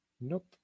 Nope